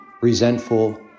resentful